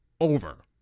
over